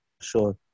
sure